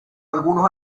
algunos